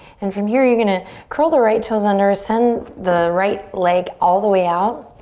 and from here you're gonna curl the right toes under, send the right leg all the way out